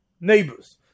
neighbors